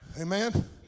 Amen